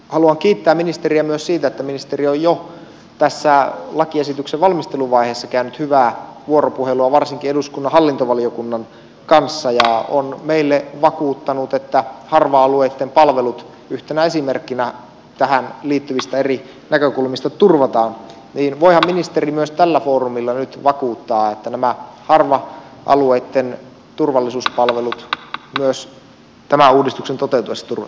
haluan kiittää ministeriä myös siitä että ministeri on jo tässä lakiesityksen valmisteluvaiheessa käynyt hyvää vuoropuhelua varsinkin eduskunnan hallintovaliokunnan kanssa ja on meille vakuuttanut että harva alueitten palvelut yhtenä esimerkkinä tähän liittyvistä eri näkökulmista turvataan ja voihan ministeri myös tällä foorumilla nyt vakuuttaa että nämä harva alueitten turvallisuuspalvelut myös tämän uudistuksen toteutuessa turvataan